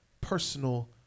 personal